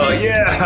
ah yeah.